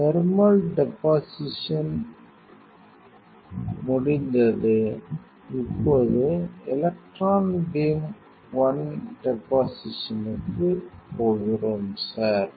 thermal thermal deposition முடிந்தது இப்போது electron beam on டெபாசிஷனுக்குப் போகிறோம் சார்